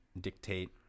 dictate –